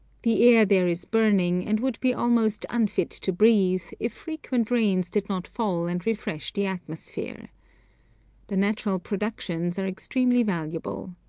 the air there is burning, and would be almost unfit to breathe, if frequent rains did not fall and refresh the atmosphere the natural productions are extremely valuable.